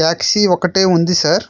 taxi ఒకటి ఉంది sir